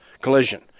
collision